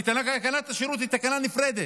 כי תקנת השירות היא תקנה נפרדת,